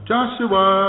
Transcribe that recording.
Joshua